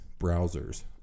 browsers